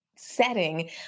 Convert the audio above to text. setting